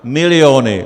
Miliony!